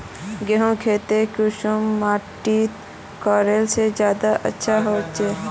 गेहूँर खेती कुंसम माटित करले से ज्यादा अच्छा हाचे?